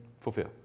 fulfill